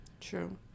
True